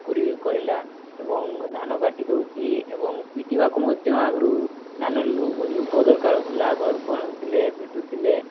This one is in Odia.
କରିଲା ଏବଂ ଧାନ କାଟିଦେଉଛି ଏବଂ ପିଟିବାକୁ ମଧ୍ୟ ଆଗରୁ ଧାନ ଲୋକ ଦରକାର ହେଉଥିଲା ଘରକୁ ଆଣୁଥିଲେ ପିଟୁଥିଲେ